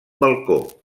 balcó